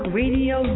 radio